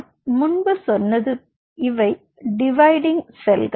நான் முன்பு சொன்னது இவை டிவைடிங் செல்கள்